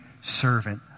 servant